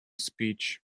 speech